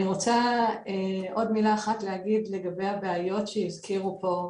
אני רוצה עוד מילה אחת להגיד לגבי הבעיות שהזכירו פה,